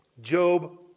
Job